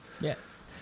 Yes